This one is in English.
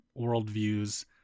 worldviews